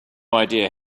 idea